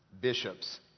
bishops